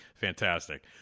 Fantastic